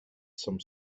some